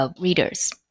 readers